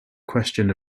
question